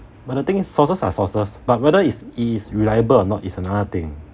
but the thing is sources are sources but whether is is reliable or not is another thing